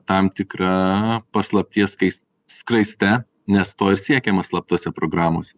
tam tikra paslapties skais skraiste nes to ir siekiama slaptose programose